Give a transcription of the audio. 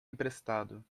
emprestado